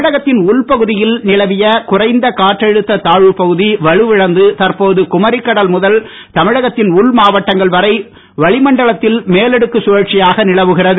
தமிழகத்தின் உள்பகுதியில் நிலவிய குறைந்த காற்றழுத்த தாழ்வு பகுதி வலுவிழந்து தற்போது குமரி கடல் முதல் தமிழகத்தின் உள்மாவட்டங்கள் வரை வளிமண்டலத்தில் மேலடுக்கு கழற்சியாக நிலவுகிறது